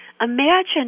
Imagine